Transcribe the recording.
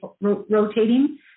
rotating